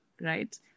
right